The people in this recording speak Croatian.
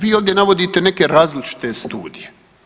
Vi ovdje navodite neke različite studije.